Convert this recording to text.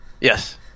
yes